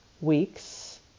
weeks